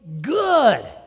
good